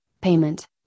payment